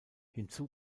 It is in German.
hinzu